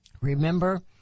Remember